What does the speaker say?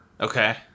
Okay